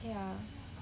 ya